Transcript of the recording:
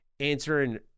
answering